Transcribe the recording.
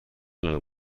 nel